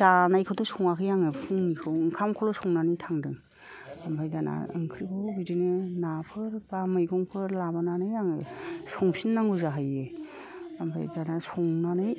जानायखौथ' सङाखै आङो फुंनिखौ ओंखामखौल' संनानै थांदों ओमफ्राय दाना ओंख्रिखौ बिदिनो नाफोर बा मैगंफोर लाबोनानै आङो संफिननांगौ जाहैयो ओमफ्राय दाना संनानै